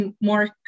more